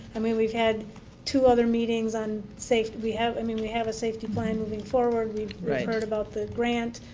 i mean, we've had two other meetings on safety. we have i mean we have a safety plan moving forward, we've heard about the grant